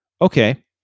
Okay